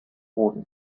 boden